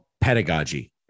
pedagogy